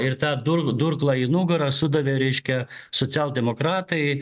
ir tą dur durklą į nugarą sudavė reiškia socialdemokratai